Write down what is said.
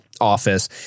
office